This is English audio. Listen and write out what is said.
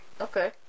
okay